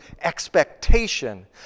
expectation